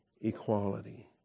equality